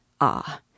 Ah